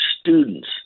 students